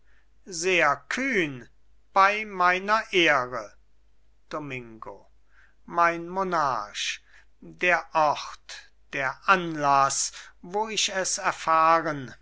sehr kühn bei meiner ehre domingo mein monarch der ort der anlaß wo ich es erfahren